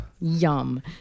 Yum